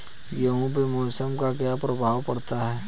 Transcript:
गेहूँ पे मौसम का क्या प्रभाव पड़ता है?